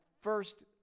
first